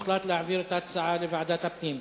הוחלט להעביר את ההצעה לוועדת הפנים.